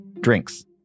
drinks